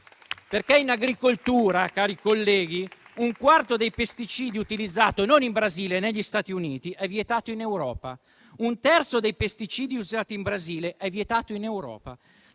In agricoltura, cari colleghi, un quarto dei pesticidi utilizzato, non in Brasile, ma negli Stati Uniti, è vietato in Europa. Un terzo dei pesticidi usati in Brasile è vietato in Europa;